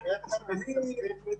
הורוביץ,